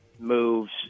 moves